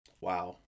Wow